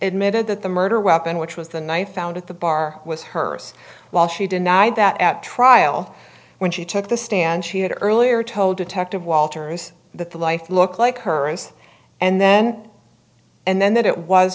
admitted that the murder weapon which was the knife found at the bar was hers while she denied that at trial when she took the stand she had earlier told detective walters that the life looked like her and then and then that it was